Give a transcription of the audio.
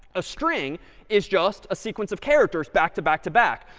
a string is just a sequence of characters back-to-back-to-back.